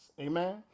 Amen